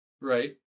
Right